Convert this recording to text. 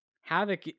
Havoc